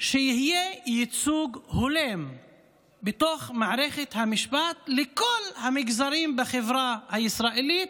שיהיה ייצוג הולם בתוך מערכת המשפט לכל המגזרים בחברה הישראלית,